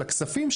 לכספים,